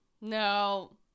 no